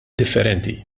differenti